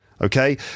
okay